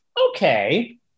Okay